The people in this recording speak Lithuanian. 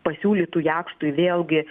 pasiūlytų jakštui vėlgi